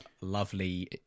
lovely